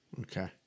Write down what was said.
Okay